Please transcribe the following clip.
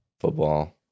football